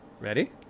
Ready